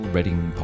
Reading